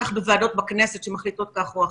כך בוועדות בכנסת שמחליטות כך או אחרת.